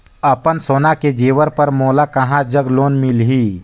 अपन सोना के जेवर पर मोला कहां जग लोन मिलही?